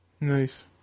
Nice